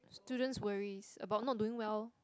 student worries about not doing well